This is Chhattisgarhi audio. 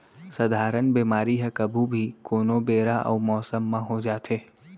सधारन बेमारी ह कभू भी, कोनो बेरा अउ मौसम म हो जाथे